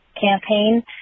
campaign